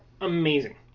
amazing